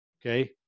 Okay